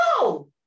No